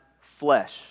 flesh